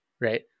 Right